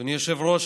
אדוני היושב-ראש,